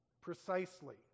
precisely